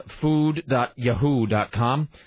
food.yahoo.com